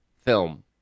film